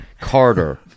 carter